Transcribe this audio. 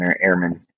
airman